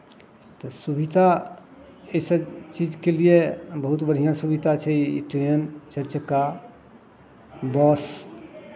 तऽ सुविधा एहिसभ चीजके लिए बहुत बढ़िआँ सुविधा छै ई ट्रेन चारि चक्का बस